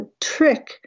trick